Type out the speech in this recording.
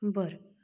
बरं